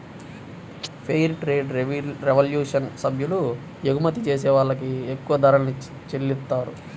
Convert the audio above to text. fair trade revolution సభ్యులు ఎగుమతి చేసే వాళ్ళకి ఎక్కువ ధరల్ని చెల్లిత్తారు